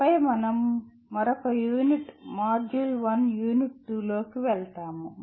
ఆపై మనం మరొక యూనిట్ M1U2 లోకి వెళ్తాము